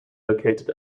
located